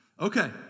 Okay